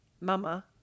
Mama